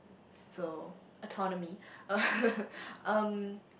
so autonomy um